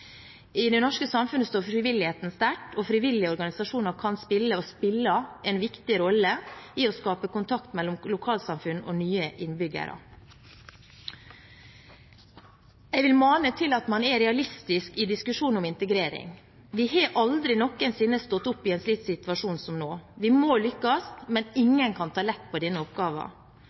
I det norske samfunnet står frivilligheten sterkt, og frivillige organisasjoner kan spille – og spiller – en viktig rolle i å skape kontakt mellom lokalsamfunn og nye innbyggere. Jeg vil mane til at man er realistisk i diskusjonen om integrering. Vi har aldri noensinne stått oppe i en slik situasjon som nå. Vi må lykkes, men ingen kan ta lett på denne oppgaven.